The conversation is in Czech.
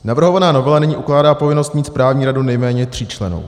Navrhovaná novela nyní ukládá povinnost mít správní radu nejméně tříčlennou.